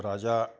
राजा